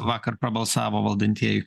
vakar prabalsavo valdantieji